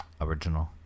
original